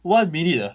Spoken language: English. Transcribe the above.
one minute ah